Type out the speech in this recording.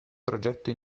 progetto